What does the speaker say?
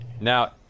Now